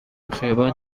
خیابون